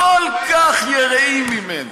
כל כך יראים ממנו.